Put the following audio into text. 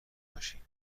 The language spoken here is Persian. باشی